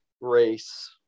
race